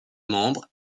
membres